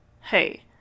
Hey